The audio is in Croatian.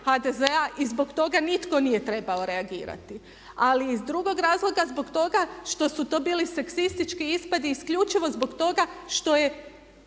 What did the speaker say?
HDZ-a i zbog toga nitko nije trebao reagirati. Ali iz drugog razloga zbog toga što su to bili seksistički ispadi isključivo zbog toga što je